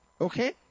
Okay